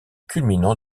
culminant